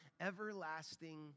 everlasting